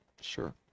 Sure